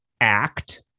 act